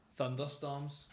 thunderstorms